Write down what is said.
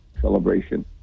celebration